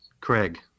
Craig